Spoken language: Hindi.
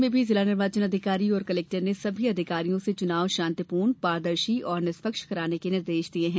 वहीं सीधी में भी जिला निर्वाचन अधिकारी और कलेक्टर ने सभी अधिकारियों से चुनाव शांतिपूर्ण पारदर्शी और निष्पक्ष कराने के निर्देश दिये हैं